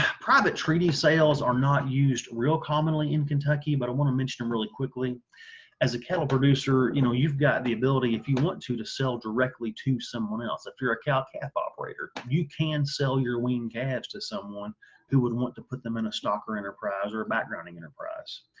private treaty sales are not used real commonly in kentucky but i want to mention really quickly as a cattle producer you know you've got the ability if you want to to sell directly to someone else. if you're a cow calf operator you can sell your weaned calves to someone who would want to put them in a stocker enterprise or a backgrounding enterprise.